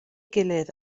gilydd